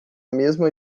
mesma